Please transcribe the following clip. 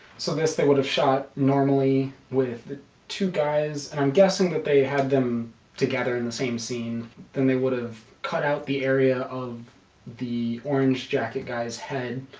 so this thing would have shot normally with the two guys and i'm guessing that they had them together in the same scene then, they would have cut out the area of the orange jacket guy's head,